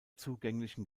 zugänglichen